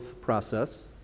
process